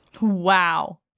Wow